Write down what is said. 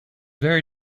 very